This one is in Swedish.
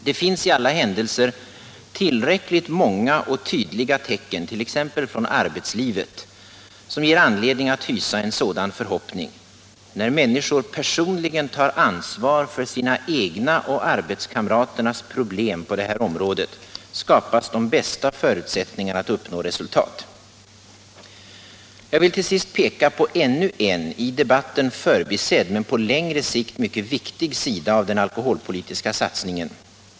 Det finns i alla händelser tillräckligt många och tydliga tecken, t.ex. från arbetslivet, som ger anledning att hysa en sådan förhoppning: när människor personligen tar ansvar för sina egna och arbetskamraternas problem på det här området, skapas de bästa förutsättningarna att uppnå resultat. Jag vill till sist bara peka på ännu en, i debatten förbisedd men på längre sikt mycket viktig, sida av den alkoholpolitiska satsningen.